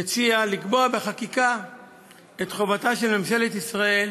מציע לקבוע בחקיקה את חובתם של ממשלת ישראל